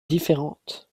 différente